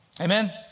Amen